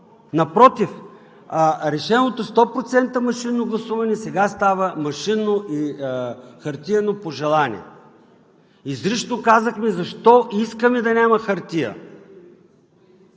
Напротив, решеното 100% машинно гласуване сега става машинно и хартиено по желание. Изрично казахме защо искаме да няма хартия